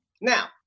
Now